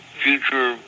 future